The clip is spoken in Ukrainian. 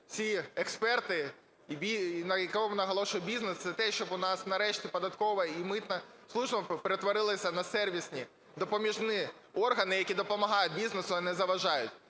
ці експерти і на якій наголошує бізнес, це те, щоб у нас нарешті податкова і митна служба перетворилися на сервісні допоміжні органи, які допомагають бізнесу, а не заважають.